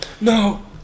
No